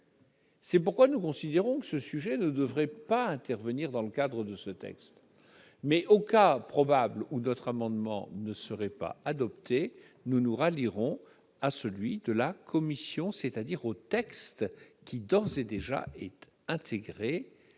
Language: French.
C'est pourquoi nous considérons que ce sujet ne devrait pas intervenir dans le cadre de ce texte. Mais au cas, probable, où notre amendement ne serait pas adopté, nous nous rallierons à celui de la commission, c'est-à-dire au texte tel qu'il nous est présenté.